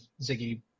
Ziggy